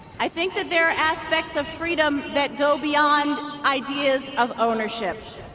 i think that there are aspects of freedom that go beyond ideas of ownership.